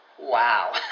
wow